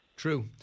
True